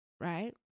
right